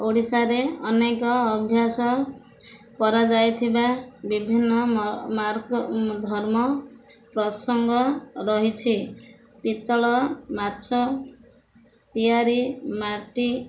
ଓଡ଼ିଶାରେ ଅନେକ ଅଭ୍ୟାସ କରାଯାଇଥିବା ବିଭିନ୍ନ ମାର୍ଗ ଧର୍ମ ପ୍ରସଙ୍ଗ ରହିଛି ପିତ୍ତଳ ମାଛ ତିଆରି ମାଟି